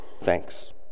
thanks